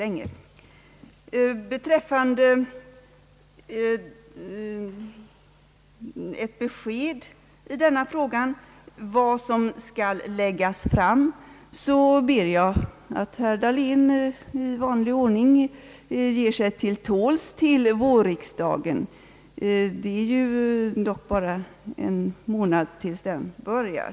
Vad beträffar frågan vad vi kommer att lägga fram förslag om får jag be herr Dahlén att ge sig till tåls till vårriksdagen, där svar på den frågan ges i vanlig ordning — det är ju bara en månad tills den börjar.